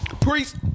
Priest